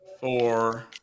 four